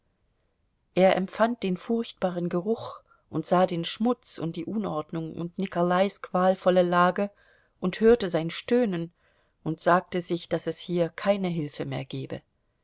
er empfand den furchtbaren geruch und sah den schmutz und die unordnung und nikolais qualvolle lage und hörte sein stöhnen und sagte sich daß es hier keine hilfe mehr gebe